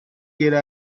kira